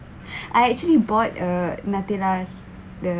I actually bought a nutellas the